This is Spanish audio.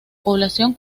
población